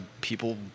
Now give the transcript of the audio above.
people